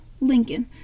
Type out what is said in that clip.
Lincoln